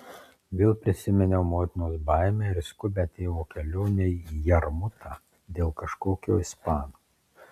vėl prisiminiau motinos baimę ir skubią tėvo kelionę į jarmutą dėl kažkokio ispano